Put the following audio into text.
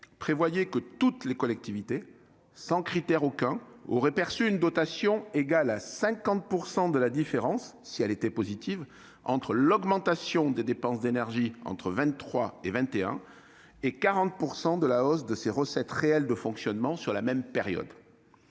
en vertu duquel toutes les collectivités territoriales, sans critère aucun, percevaient une dotation égale à 50 % de la différence, si elle était positive, entre l'augmentation des dépenses d'énergie entre 2023 et 2021 et 40 % de la hausse de ses recettes réelles de fonctionnement sur la même période.